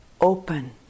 open